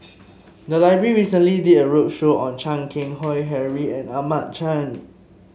the library recently did a roadshow on Chan Keng Howe Harry and Ahmad Khan